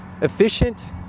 efficient